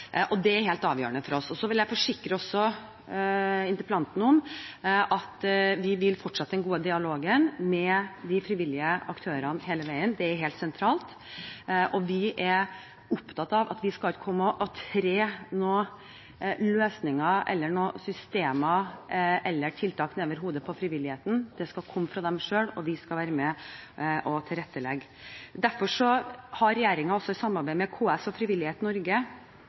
og det er helt avgjørende for oss. Jeg vil også forsikre interpellanten om at vi vil fortsette den gode dialogen med de frivillige aktørene hele veien, det er helt sentralt, og vi er opptatt av at vi ikke skal komme og tre noen løsninger eller systemer eller tiltak ned over hodet på frivilligheten. Det skal komme fra dem selv, og vi skal være med og tilrettelegge. Derfor skal regjeringen i samarbeid med KS og Frivillighet Norge